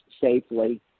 safely